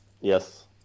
Yes